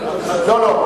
לא.